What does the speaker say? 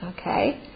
okay